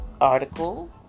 Article